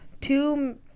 two